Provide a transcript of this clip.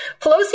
Pelosi